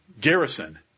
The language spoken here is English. garrison